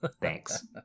thanks